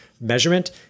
measurement